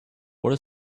what